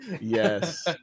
Yes